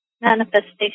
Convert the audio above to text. manifestation